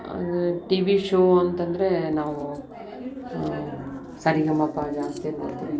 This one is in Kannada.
ಅದು ಟಿ ವಿ ಶೋ ಅಂತಂದರೆ ನಾವು ಸರಿಗಮಪ ಜಾಸ್ತ್ಯಾಗಿ ನೋಡ್ತೀವಿ